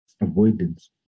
avoidance